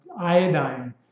Iodine